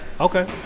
Okay